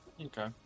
Okay